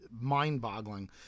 mind-boggling